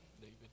David